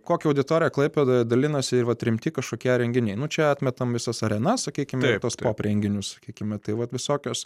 kokia auditorija klaipėdoje dalinosi ir atremti kažkokie renginiai nu čia atmetam visas arenas sakykime tuos renginius sakykime tai vat visokius